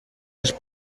els